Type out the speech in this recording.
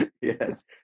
Yes